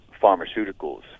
pharmaceuticals